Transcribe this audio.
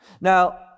Now